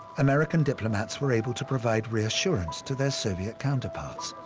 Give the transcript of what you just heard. american diplomats were able to provide reassurance to their soviet counterparts.